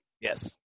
Yes